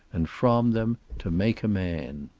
and from them to make a man.